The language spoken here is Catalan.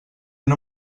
una